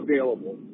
available